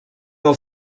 del